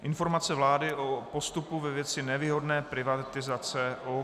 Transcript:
Informace vlády o postupu ve věci nevýhodné privatizace OKD